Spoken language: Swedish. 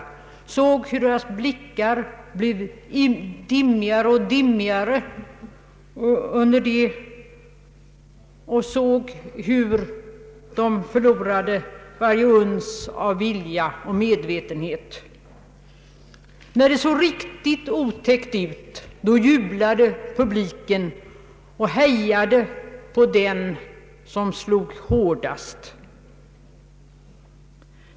Jag såg hur deras blickar blev dimmigare och dimmigare och hur de förlorade varje uns av vilja och medvetenhet. När det såg riktigt otäckt ut, då jublade publiken och hejade på den som slog hårdast.